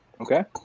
Okay